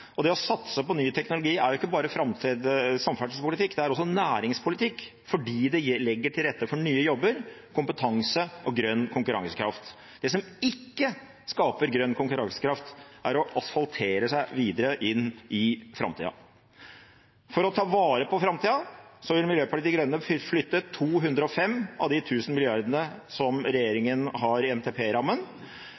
vanlig. Det å satse på ny teknologi er ikke bare samferdselspolitikk, det er også næringspolitikk, fordi det legger til rette for nye jobber, kompetanse og grønn konkurransekraft. Det som ikke skaper grønn konkurransekraft, er å asfaltere seg videre inn i framtida. For å ta vare på framtida vil Miljøpartiet De Grønne flytte 205 av de 1 000 mrd. kr som